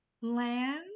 land